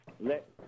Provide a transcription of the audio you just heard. let